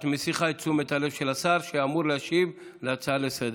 את מסיחה את תשומת הלב של השר שאמור להשיב על הצעה לסדר-היום.